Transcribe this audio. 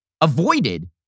avoided